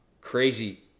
crazy